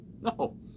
No